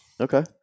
Okay